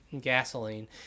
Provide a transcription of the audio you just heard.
gasoline